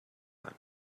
ein